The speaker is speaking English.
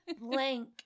blank